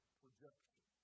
projection